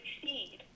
succeed